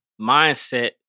mindset